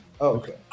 Okay